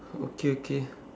okay okay